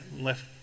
left